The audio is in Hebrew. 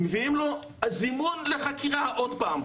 מביאים לו זימון לחקירה עוד פעם.